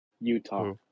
Utah